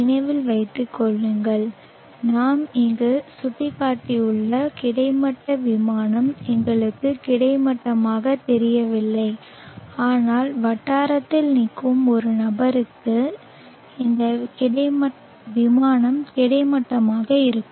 நினைவில் வைத்து கொள்ளுங்கள் நாம் இங்கு சுட்டிக்காட்டியுள்ள கிடைமட்ட விமானம் எங்களுக்கு கிடைமட்டமாகத் தெரியவில்லை ஆனால் வட்டாரத்தில் நிற்கும் ஒரு நபருக்கு இந்த விமானம் கிடைமட்டமாக இருக்கும்